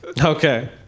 Okay